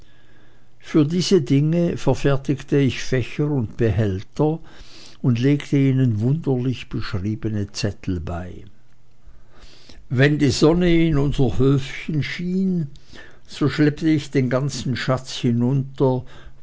für diese dinge verfertigte ich fächer und behälter und legte ihnen wunderlich beschriebene zettel bei wenn die sonne in unser höfchen schien so schleppte ich den ganzen schatz hinunter